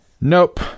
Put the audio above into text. nope